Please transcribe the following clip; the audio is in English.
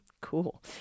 Cool